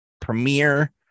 premiere